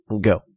Go